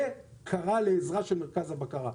וקרא לעזרה של מרכז הבקרה.